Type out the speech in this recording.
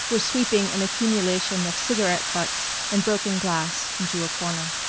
was sweeping an accumulation of cigarette butts and broken glass into a corner.